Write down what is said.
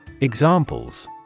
Examples